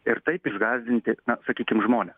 ir taip išgąsdinti sakykim žmones